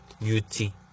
u-t